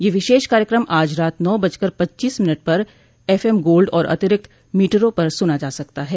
यह विशेष कार्यक्रम आज रात नौ बजकर पच्ची स मिनट पर एफएम गोल्ड और अतिरिक्त मीटरों पर सुना जा सकता है